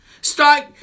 start